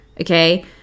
okay